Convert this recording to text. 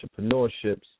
entrepreneurships